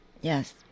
Yes